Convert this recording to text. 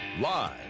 Live